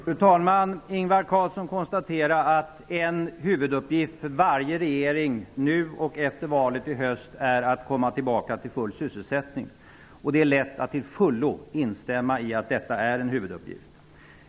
Fru talman! Ingvar Carlsson konstaterar att en huvuduppgift för varje regering, nu och efter valet i höst, är att komma tillbaka till full sysselsättning. Det är lätt att till fullo instämma i att detta är en huvuduppgift.